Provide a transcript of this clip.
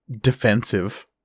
defensive